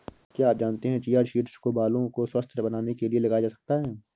क्या आप जानते है चिया सीड्स को बालों को स्वस्थ्य बनाने के लिए लगाया जा सकता है?